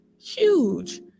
huge